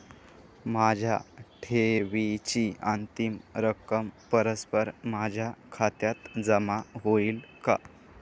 माझ्या ठेवीची अंतिम रक्कम परस्पर माझ्या खात्यात जमा होईल का?